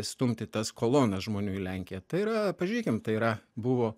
stumti tas kolonas žmonių į lenkiją tai yra pažiūrėkim tai yra buvo